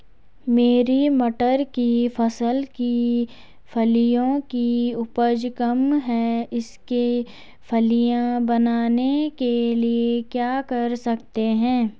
मेरी मटर की फसल की फलियों की उपज कम है इसके फलियां बनने के लिए क्या कर सकते हैं?